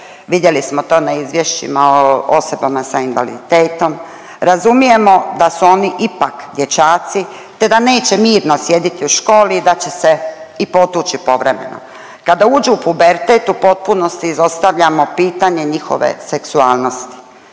vidjeli smo to na izvješćima o osobama sa invaliditetom. Razumijemo da su oni ipak dječaci, te da neće mirno sjediti u školi i da će se i potući povremeno. Kada uđu u pubertet u potpunosti izostavljamo pitanje njihove seksualnosti,